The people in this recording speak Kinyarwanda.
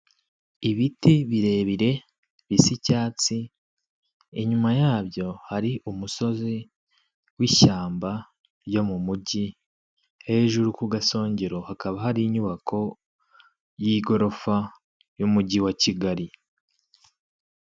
Ibiti birebire by'icyatsi inyuma yabyo hari umusozi w'ishyamba ryo mu mujyi hejuru ku gasongero hakaba hari inyubako y'igorofa y'umujyi wa kigali.